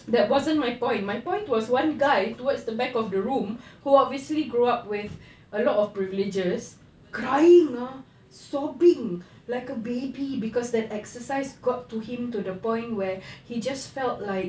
that wasn't my point my point was one guy towards the back of the room who obviously grow up with a lot of privileges crying ah sobbing like a baby cause that exercise got to him to the point where he just felt like